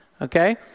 Okay